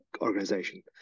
organization